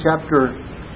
chapter